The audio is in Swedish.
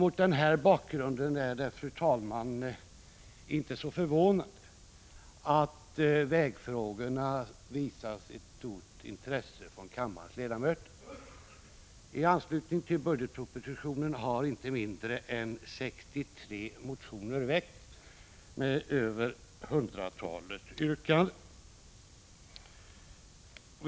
Mot den bakgrunden är det inte förvånande att vägfrågorna visas ett stort intresse från kammarens ledamöter. I anslutning till budgetpropositionen har inte mindre än 63 motioner väckts med över hundratalet yrkanden.